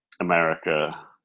America